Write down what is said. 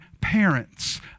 parents